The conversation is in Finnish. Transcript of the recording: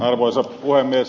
arvoisa puhemies